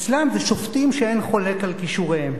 אצלם זה שופטים שאין חולק על כישוריהם,